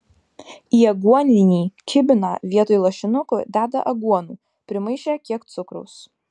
į aguoninį kibiną vietoj lašinukų deda aguonų primaišę kiek cukraus